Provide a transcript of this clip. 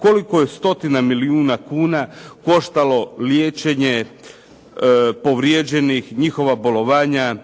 koliko je stotina milijuna kuna koštalo liječenje povrijeđenih, njihova bolovanja,